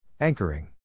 Anchoring